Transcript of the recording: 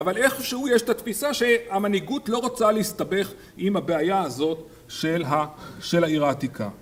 אבל איכשהו יש את התפיסה שהמנהיגות לא רוצה להסתבך עם הבעיה הזאת של העיר העתיקה